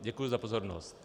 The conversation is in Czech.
Děkuji za pozornost.